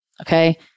Okay